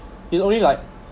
he's only like